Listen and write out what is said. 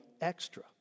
extra